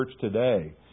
today